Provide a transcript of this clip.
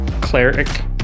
Cleric